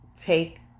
take